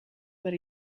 per